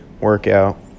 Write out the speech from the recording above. workout